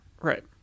right